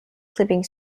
clipping